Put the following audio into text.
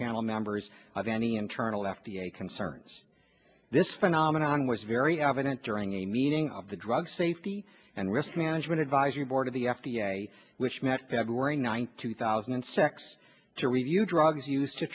panel members of any internal f d a concerns this phenomenon was very evident during a meeting of the drug safety and risk management advisory board of the f d a which met february ninth two thousand and six to review drugs used to